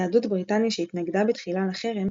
יהדות בריטניה, שהתנגדה בתחילה לחרם,